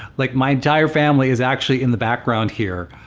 like my entire family is actually in the background here.